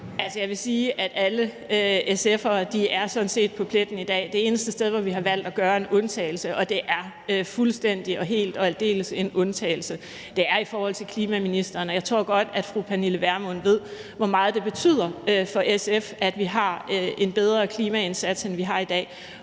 jeg vil sige, at alle SF'ere sådan set er på pletten i dag. Det eneste sted, hvor vi har valgt at gøre en undtagelse – og det er fuldstændig og helt og aldeles en undtagelse – er i forhold til ministeren for global klimapolitik. Og jeg tror godt, at fru Pernille Vermund ved, hvor meget det betyder for SF, at vi får en bedre klimaindsats, end vi har i dag,